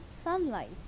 sunlight